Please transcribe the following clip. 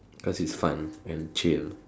because it's fun and chill